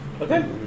Okay